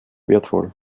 wertvoll